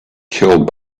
killed